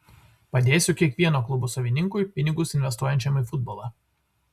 padėsiu kiekvieno klubo savininkui pinigus investuojančiam į futbolą